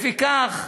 לפיכך,